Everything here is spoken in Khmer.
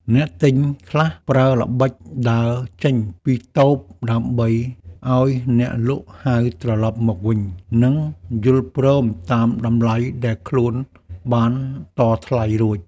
អ្នកទិញខ្លះប្រើល្បិចដើរចេញពីតូបដើម្បីឱ្យអ្នកលក់ហៅត្រឡប់មកវិញ និងយល់ព្រមតាមតម្លៃដែលខ្លួនបានតថ្លៃរួច។